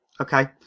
Okay